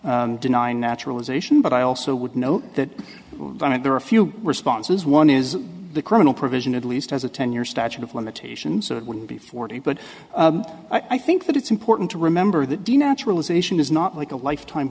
denying naturalization but i also would note that there are a few responses one is the criminal provision at least as a ten year statute of limitations so it wouldn't be forty but i think that it's important to remember that the naturalization is not like a lifetime